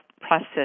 process